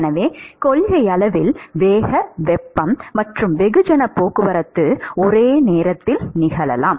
எனவே கொள்கையளவில் வேக வெப்பம் மற்றும் வெகுஜன போக்குவரத்து ஒரே நேரத்தில் நிகழலாம்